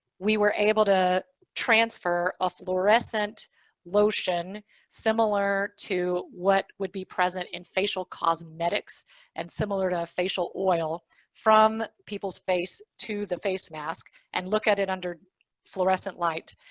we were able to transfer a florescent lotion similar to what would be present in facial cosmetics and similar to facial oil from people's face to the face mask and look at it under florescent light.